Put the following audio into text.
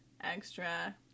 extra